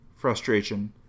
frustration